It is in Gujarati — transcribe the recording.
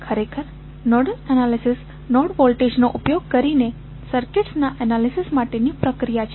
ખરેખર નોડલ એનાલિસિસ નોડ વોલ્ટેજ નો ઉપયોગ કરીને સર્કિટ્સ ના એનાલિસિસ માટેની પ્રક્રિયા છે